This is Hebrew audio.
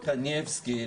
קניבסקי,